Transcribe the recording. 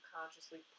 consciously